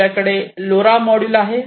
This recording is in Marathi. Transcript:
आपल्याकडे लोरा मॉड्यूल आहे